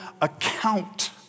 account